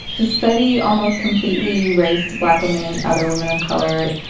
the study almost completely erased to black women and other women of color.